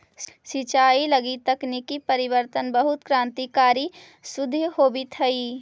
सिंचाई लगी तकनीकी परिवर्तन बहुत क्रान्तिकारी सिद्ध होवित हइ